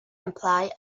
imply